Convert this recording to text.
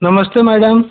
नमस्ते मैडम